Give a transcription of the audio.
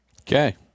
Okay